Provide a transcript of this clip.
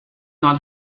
not